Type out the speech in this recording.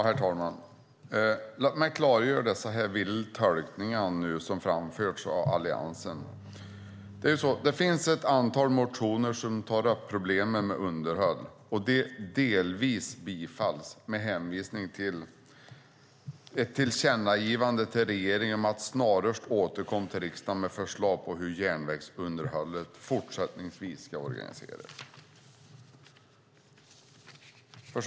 Herr talman! Låt mig klargöra de vilda tolkningar som framförts av Alliansen. Det finns ett antal motioner som tar upp problemen med underhåll, och de tillstyrks delvis med hänvisning till ett tillkännagivande till regeringen om att snarast återkomma till riksdagen med förslag på hur järnvägsunderhållet fortsättningsvis ska vara organiserat.